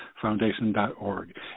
foundation.org